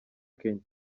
kenya